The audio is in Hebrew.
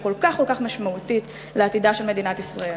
כל כך משמעותית לעתידה של מדינת ישראל?